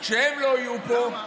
כשהם לא יהיו פה,